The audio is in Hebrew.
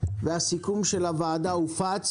סיכום הוועדה הופץ,